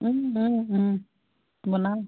বনাওঁ